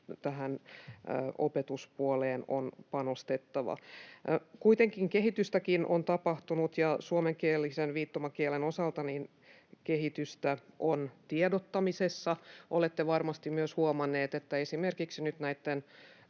opetuspuoleen on panostettava. Kuitenkin kehitystäkin on tapahtunut. Suomenkielisen viittomakielen osalta kehitystä on tiedottamisessa. Olette varmasti myös huomanneet, että esimerkiksi nyt näitten